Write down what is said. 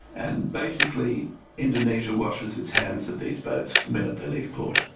and basically indonesia washes its hands of these boats the minute they leave port.